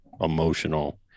emotional